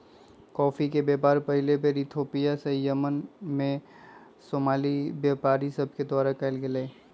coffee के व्यापार पहिल बेर इथोपिया से यमन में सोमाली व्यापारि सभके द्वारा कयल गेलइ